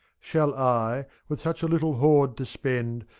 shall i, with such a little hoard to spend.